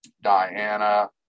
Diana